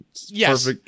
yes